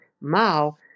Mao